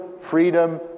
freedom